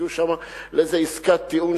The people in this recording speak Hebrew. והגיעו שם לאיזה עסקת טיעון